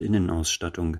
innenausstattung